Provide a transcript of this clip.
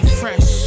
fresh